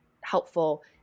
helpful